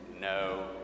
no